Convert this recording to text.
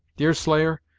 deerslayer,